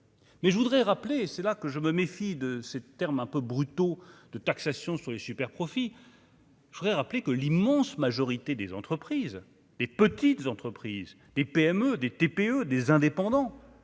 Mais je voudrais rappeler, et c'est là que je me méfie de ces termes un peu brutaux de taxation sur les superprofits. Je voudrais rappeler que l'immense majorité des entreprises, des petites entreprises, des PME, des TPE, des indépendants